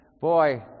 boy